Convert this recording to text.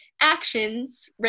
actions